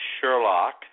Sherlock